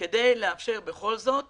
לאפשר בכל זאת